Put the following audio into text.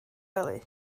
wely